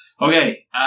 Okay